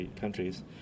countries